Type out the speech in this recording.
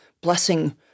blessing